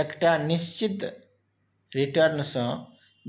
एकटा निश्चित रिटर्न सँ